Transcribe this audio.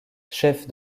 chef